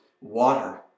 water